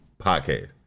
podcast